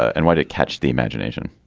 and why do it catch the imagination